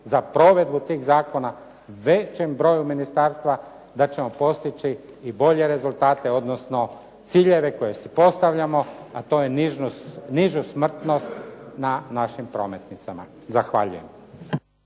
za provedbu tih zakona većem broju ministarstva, da ćemo postići i bolje rezultate, odnosno ciljeve koje si postavljamo, a to je nižu smrtnost na našim prometnicama. Zahvaljujem.